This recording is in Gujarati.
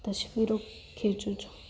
તસવીરો ખેચું છું